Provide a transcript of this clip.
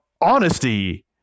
Honesty